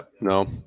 no